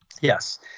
Yes